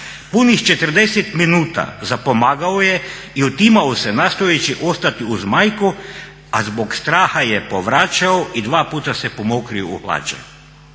Punih 40 minuta zapomagao je i otimao se nastojeći ostati uz majku, a zbog straha je povraćao i dva puta se pomokrio u hlače.